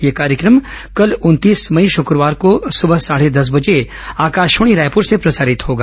यह कार्यक्रम कल उनतीस मई शुक्रवार को प्रातः साढ़े दस बजे आकाशवाणी रायपुर से प्रसारित होगा